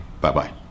Bye-bye